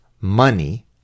money